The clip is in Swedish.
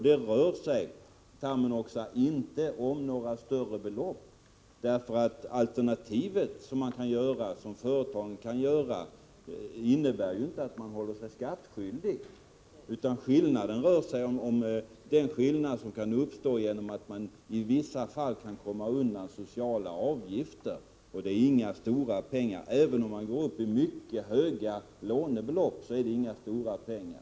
Det rör sig, Erkki Tammenoksa, inte om några större belopp. Företagens alternativ innebär ju inte att företagen inte blir skattskyldiga. Skillnaden blir bara den att man i vissa fall kan komma undan sociala avgifter. Även om det rör sig om mycket stora lånebelopp, blir det inte fråga om några stora pengar.